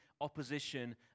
opposition